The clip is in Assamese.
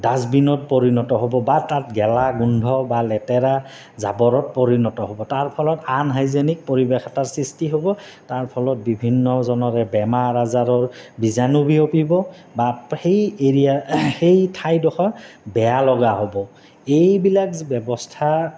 ডাষ্টবিনত পৰিণত হ'ব বা তাত গেলা গোন্ধ বা লেতেৰা জাবৰত পৰিণত হ'ব তাৰ ফলত আনহাইজেনিক পৰিৱেশ এটাৰ সৃষ্টি হ'ব তাৰ ফলত বিভিন্নজনৰে বেমাৰ আজাৰৰ বীজাণু বিয়পিব বা সেই এৰিয়া সেই ঠাইডোখৰ বেয়া লগা হ'ব এইবিলাক ব্যৱস্থা